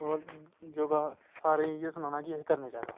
होर योगा सारें गी इयै सनाना कि करना चाहिदा